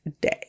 day